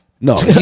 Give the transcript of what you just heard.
No